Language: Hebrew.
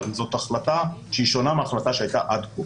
אבל זו החלטה שונה מההחלטה שונה ממה שהייתה עד כה.